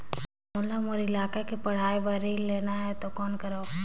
मोला मोर लइका के पढ़ाई बर ऋण लेना है तो कौन करव?